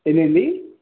ఏంటండీ